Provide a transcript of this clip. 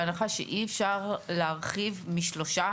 בהנחה שאי אפשר להרחיב משלושה,